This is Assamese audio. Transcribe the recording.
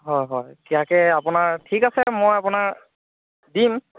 হয় হয় দিয়াকে আপোনাৰ ঠিক আছে মই আপোনাৰ দিম